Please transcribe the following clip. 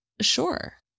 Sure